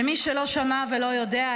למי שלא שמע ולא יודע,